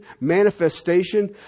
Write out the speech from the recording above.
manifestation